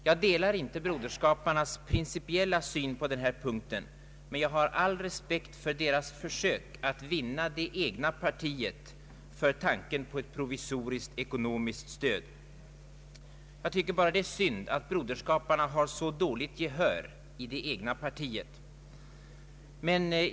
Jag delar inte Broderskapsrörelsens principiella syn på den här punkten men har all respekt för dess försök att vinna det egna partiet för tanken på ett provisoriskt ekonomiskt stöd. Jag tycker bara att det är synd att rörelsen har så dåligt gehör inom det egna partiet!